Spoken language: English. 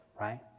right